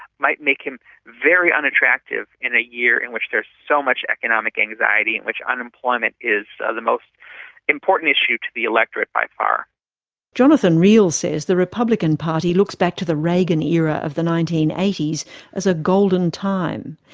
might make him very unattractive in a year in which there's so much economic anxiety, in which unemployment is the most important issue to the electorate by jonathan riehl says the republican party looks back to the reagan era of the nineteen eighty s as a golden time.